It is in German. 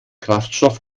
kraftstoff